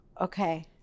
Okay